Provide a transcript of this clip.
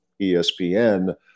ESPN